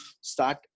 start